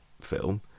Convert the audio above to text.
film